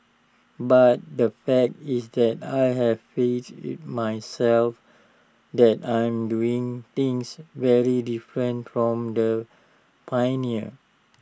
but the fact is that I have faith in myself that I am doing things very different from the pioneers